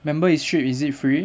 member is cheap is it free